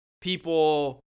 people